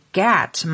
get